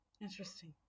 Interesting